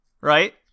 Right